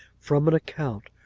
from an account,